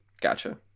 gotcha